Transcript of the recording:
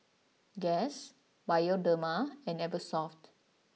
Guess Bioderma and Eversoft